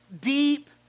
deep